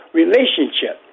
relationship